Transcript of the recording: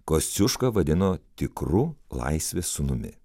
kosciušką vadino tikru laisvės sūnumi